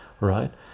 right